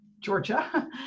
Georgia